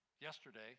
yesterday